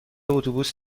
اتوبوس